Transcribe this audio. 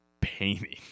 painting